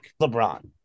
LeBron